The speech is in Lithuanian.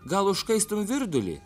gal užkaistum virdulį